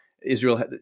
Israel